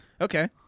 Okay